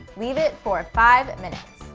leave it for five minutes.